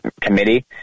committee